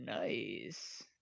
nice